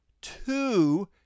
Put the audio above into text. two